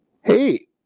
Hey